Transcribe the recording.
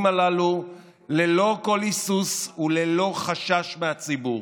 הללו ללא כל היסוס וללא חשש מהציבור.